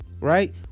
Right